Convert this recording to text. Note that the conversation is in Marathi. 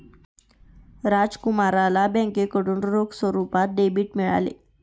राजकुमारला बँकेकडून रोख स्वरूपात डेबिट मिळते